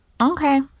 Okay